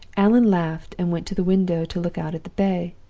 allan laughed, and went to the window to look out at the bay,